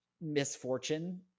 misfortune